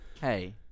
Hey